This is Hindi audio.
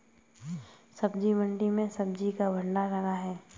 सब्जी मंडी में सब्जी का भंडार लगा है